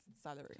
salary